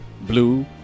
blue